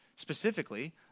Specifically